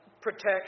protection